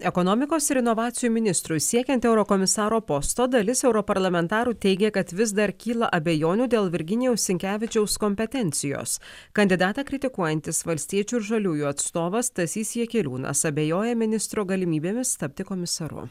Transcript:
ekonomikos ir inovacijų ministrui siekiant eurokomisaro posto dalis europarlamentarų teigia kad vis dar kyla abejonių dėl virginijaus sinkevičiaus kompetencijos kandidatą kritikuojantis valstiečių ir žaliųjų atstovas stasys jakeliūnas abejoja ministro galimybėmis tapti komisaru